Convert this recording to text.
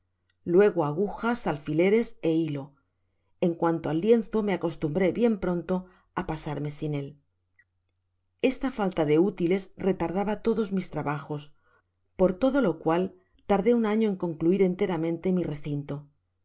luego agujas alfileres é hilo en cnanto al lienzo me acostumbré bien pronto á pasarme sin él esta falta de útiles retardaba todos mis trabajos por todo lo cual tardé un año en concluir enteramente mi recinto las